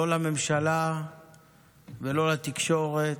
לא לממשלה ולא לתקשורת.